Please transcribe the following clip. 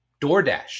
DoorDash